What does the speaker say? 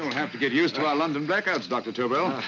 have to get used to our london blackouts, dr. tobel.